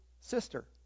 Sister